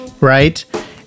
right